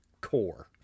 core